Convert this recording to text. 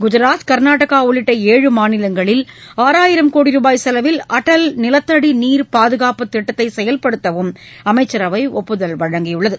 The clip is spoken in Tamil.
குஜாத் கர்நாடகா உள்ளிட்ட ஏழு மாநிலங்களில் ஆறாயிரம் கோடி ருபாய் செலவில் அடல் நிலத்தடி நீர் பாதுகாப்பு திட்டத்தை செயல்படுத்தவும் அமைச்சரவை ஒப்புதல் வழங்கியுள்ளது